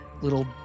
little